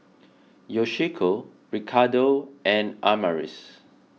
Yoshiko Ricardo and Amaris